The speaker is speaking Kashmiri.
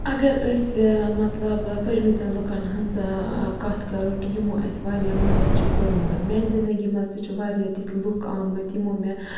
اگر أسۍ مطلب پٔرۍمٕتن لُکَن ہٕنٛز کَتھ کَرو کہِ یِمو اَسہِ واریاہ مَدَد چھُ کوٚرمُت میٛانہِ زندگی منٛز تہِ چھِ واریاہ تِتھۍ لُکھ آمٕتۍ یِمو مےٚ